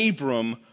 Abram